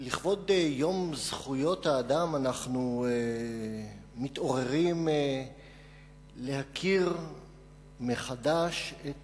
לכבוד יום זכויות האדם אנחנו מתעוררים להכיר מחדש את